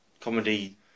comedy